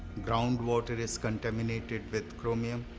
ground water, is contaminated with chromium.